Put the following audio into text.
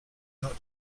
not